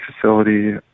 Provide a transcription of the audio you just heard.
facility